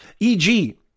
EG